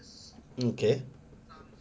okay